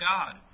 God